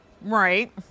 Right